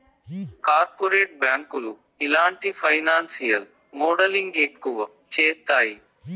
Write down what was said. corporate బ్యాంకులు ఇలాంటి financial modelling ఎక్కువ చేత్తాయి